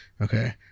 okay